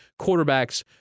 quarterbacks